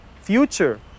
future